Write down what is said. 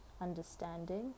understanding